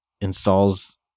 installs